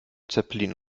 zeppelin